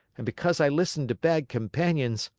and because i listened to bad companions,